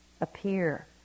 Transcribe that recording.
appear